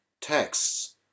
texts